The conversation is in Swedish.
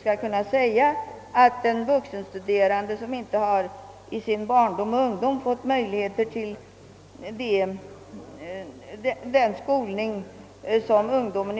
skall kunna tala om full jämställdhet för den vuxenstuderande som i sin barndom och ungdom inte fått möjligheter till samma skolning som dagens ungdom.